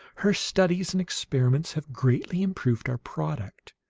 her studies and experiments have greatly improved our product.